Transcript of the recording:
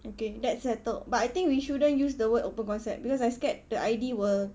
okay that's settled but I think we shouldn't use the word open concept because I scared the I_D will